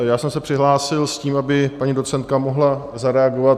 Já jsem se přihlásil s tím, aby paní docentka mohla zareagovat.